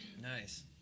Nice